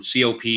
COP